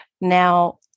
Now